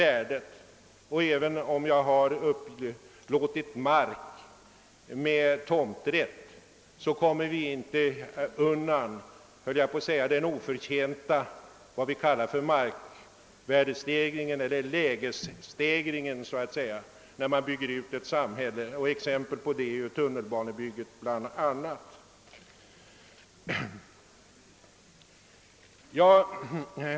även om marken upplätes med tomträtt så kommer vi inte undan den oförtjänta markvärdestegringen = eller lägesvärdestegringen när man bygger ut ett samhälle. Tunnelbanebygget är ett exempel på detta.